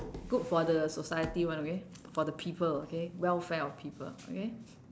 good for the society [one] okay for the people okay welfare of people okay